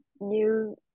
new